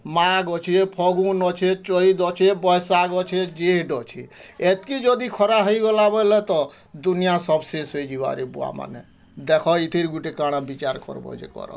ମାଘ୍ ଅଛି ଫଗୁନ୍ ଅଛି ଚୈତ୍ ଅଛି ବୈଶାଖ ଅଛି ଜ୍ୟେଟ୍ ଅଛି ଏତ୍କି ଯଦି ଖରା ହେଇଗଲା ବୋଲେ ତ ଦୁନିଆ ସବ୍ ଶେଷ୍ ହେଇ ଯିବାରେ ଆରେ ବୁଆ ମାନେ ଦେଖ ଏଇଥିର୍ ଗୁଟେ କାଣା ବିଚାର କରବ୍ ଯେ କର